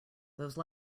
those